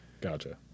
Gotcha